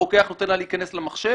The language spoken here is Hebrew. הרוקח נותן לה להיכנס למחשב,